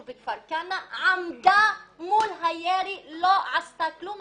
כפר כנא עמדה מול הירי ולא עשתה כלום.